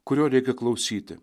kurio reikia klausyti